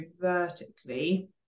vertically